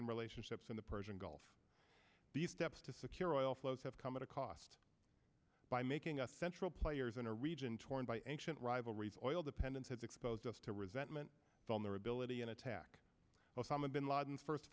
and relationships in the persian gulf the steps to secure oil flows have come at a cost by making us central players in a region torn by ancient rivalries oil dependence has exposed us to resentment vulnerability and attack osama bin laden first